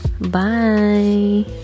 bye